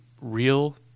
real